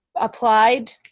applied